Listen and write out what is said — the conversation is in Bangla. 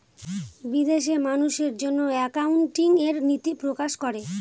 বিদেশে মানুষের জন্য একাউন্টিং এর নীতি প্রকাশ করে